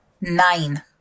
Nine